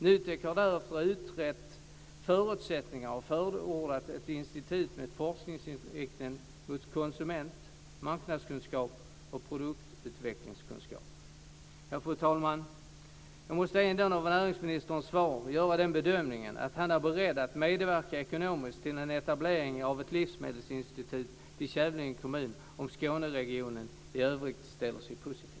NUTEK har därefter utrett förutsättningar och förordat ett institut med forskningsinriktning mot konsumenter, marknadskunskap och produktutvecklingskunskap. Fru talman! Jag måste av näringsministerns svar göra den bedömningen att han är beredd att medverka ekonomiskt till en etablering av ett livsmedelsinstitut till Kävlinge kommun om Skåneregionen i övrigt ställer sig positiv.